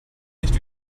nicht